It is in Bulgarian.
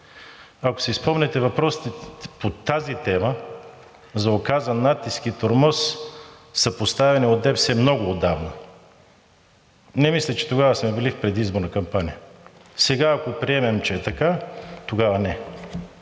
ако си спомняте въпросите по тази тема – за оказан натиск и тормоз, са поставени от ДПС много отдавна, не мисля, че тогава сме били в предизборна кампания. Сега ако приемем, че е така, тогава не.